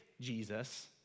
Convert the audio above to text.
Jesus